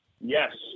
Yes